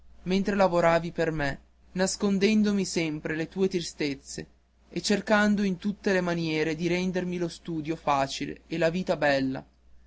mentre lavoravi per me nascondendomi sempre le tue tristezze e cercando in tutte le maniere di rendermi lo studio facile e la vita bella